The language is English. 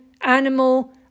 animal